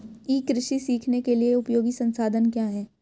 ई कृषि सीखने के लिए उपयोगी संसाधन क्या हैं?